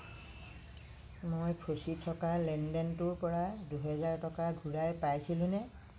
মই ফঁচি থকা লেনদেনটোৰ পৰা দুহেজাৰ টকা ঘূৰাই পাইছিলোঁ নে